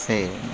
சரி